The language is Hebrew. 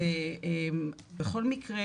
בכל מקרה,